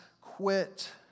quit